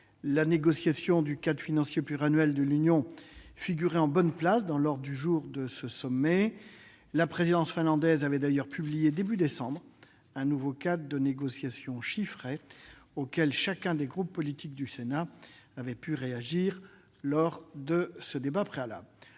la négociation du cadre financier pluriannuel de l'Union figurait en bonne place dans l'ordre du jour de ce sommet. La présidence finlandaise avait d'ailleurs publié, début décembre, un nouveau cadre de négociation chiffré, auquel chacun des groupes politiques du Sénat avait pu réagir lors de ce débat préalable.